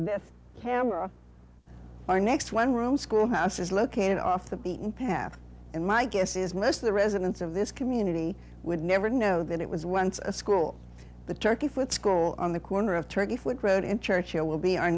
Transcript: this camera our next one room schoolhouse is located off the beaten path and my guess is most of the residents of this community would never know that it was once a school the turkey with school on the corner of turkey road in church it will be our